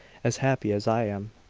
as happy as i am.